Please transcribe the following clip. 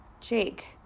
Jake